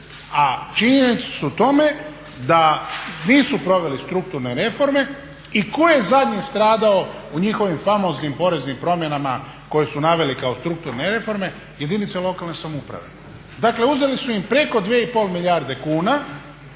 A činjenice su u tome da nisu proveli strukturne reforme. I tko je zadnje stradao u njihovim famoznim poreznim promjenama koje su naveli kao strukturne reforme? Jedinice lokalne samouprave. Dakle uzeli su im preko 2,5 milijarde kuna